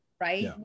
right